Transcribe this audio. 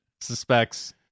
suspects